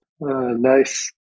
Nice